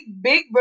big